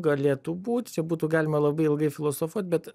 galėtų būt būtų galima labai ilgai filosofuot bet